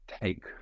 take